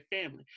family